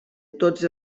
tots